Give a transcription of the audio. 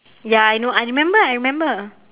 ya I know I remember I remember